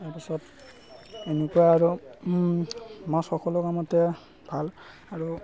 তাৰপিছত এনেকুৱা আৰু মাছ সকলো কামতে ভাল আৰু